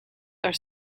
are